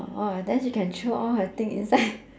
oh then she can throw all her thing inside